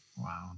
Wow